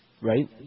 Right